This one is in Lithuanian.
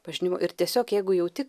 pažinimo ir tiesiog jeigu jauti